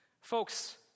Folks